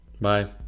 bye